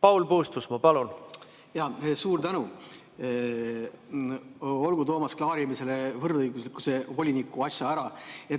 Paul Puustusmaa, palun! Suur tänu! Olgu, Toomas, klaarime selle võrdõiguslikkuse voliniku asja ära.